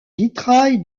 vitrail